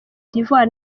d’ivoire